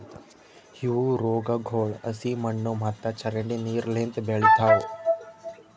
ಇವು ರೋಗಗೊಳ್ ಹಸಿ ಮಣ್ಣು ಮತ್ತ ಚರಂಡಿ ನೀರು ಲಿಂತ್ ಬೆಳಿತಾವ್